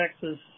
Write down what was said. Texas